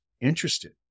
interested